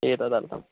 एतदर्थम्